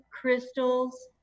crystals